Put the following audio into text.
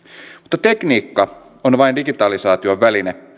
jo nyt mutta tekniikka on vain digitalisaation väline